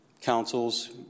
councils